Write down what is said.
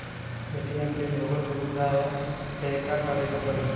ATM pin भूल जाए पे का करे के पड़ी?